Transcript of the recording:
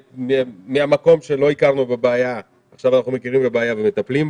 - מהמקום שלא הכרנו בבעיה אנחנו עכשיו מכירים בבעיה ומטפלים בה.